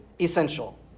essential